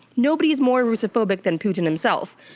nobody's more russophobic than putin himself.